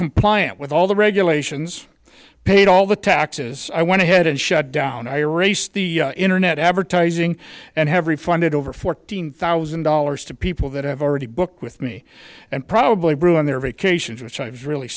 compliant with all the regulations paid all the taxes i want to head and shut down iris the internet advertising and have refunded over fourteen thousand dollars to people that have already booked with me and probably ruin their vacations which i've really